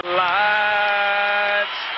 lights